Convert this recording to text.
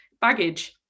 baggage